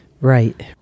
Right